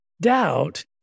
Doubt